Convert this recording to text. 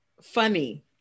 funny